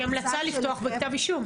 המלצה לפתוח בכתב אישום.